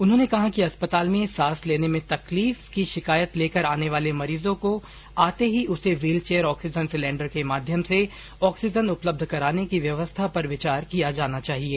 उन्होंने कहा कि अस्पताल में सांस लेने में तकलीफ की शिकायत लेकर आने वाले मरीज को आते ही उसे व्हीलचेयर ऑक्सीजन सिलेण्डर के माध्यम से ऑक्सीजन उपलब्ध कराने की व्यवस्था पर विचार किया जाना चाहिए